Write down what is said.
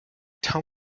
tell